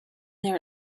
there